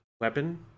weapon